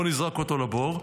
בוא נזרוק אותו לבור.